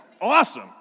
awesome